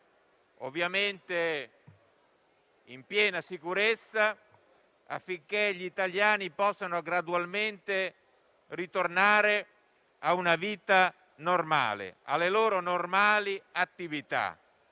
ovviamente in piena sicurezza, affinché gli italiani possano gradualmente ritornare a una vita normale, alle loro normali attività,